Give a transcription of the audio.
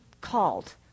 called